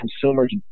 consumers